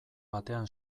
batean